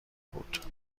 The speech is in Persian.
بود